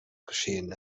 geschehen